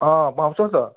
अँ पाउँछ त